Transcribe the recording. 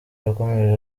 yakomeje